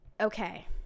Okay